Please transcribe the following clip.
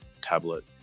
tablet